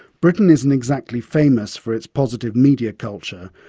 britain isn't exactly famous for its positive media culture,